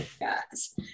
Yes